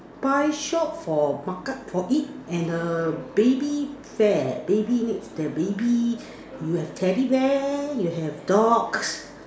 pie shop for market for eat and err baby fair baby needs the baby you have teddy bear you have dogs